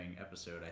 episode